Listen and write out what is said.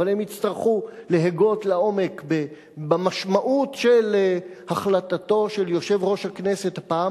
אבל הם יצטרכו להגות לעומק במשמעות של החלטתו של יושב-ראש הכנסת הפעם,